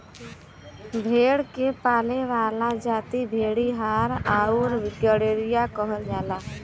भेड़ के पाले वाला जाति भेड़ीहार आउर गड़ेरिया कहल जाला